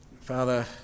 Father